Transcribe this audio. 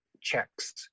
checks